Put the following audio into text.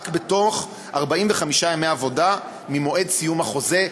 רק בתוך 45 ימי עבודה ממועד סיום החוזה,